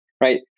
right